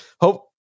hope